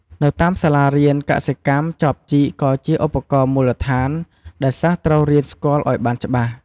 នៅតាមសាលារៀនកសិកម្ម ចបជីកក៏ជាឧបករណ៍មូលដ្ឋានដែលសិស្សត្រូវរៀនស្គាល់ឲ្យបានច្បាស់។